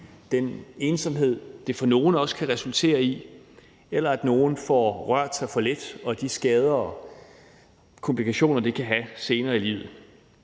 den ensomhed, det for nogle også kan resultere i, eller det, at nogle får rørt sig for lidt, og de skader og komplikationer, det kan medføre senere i livet.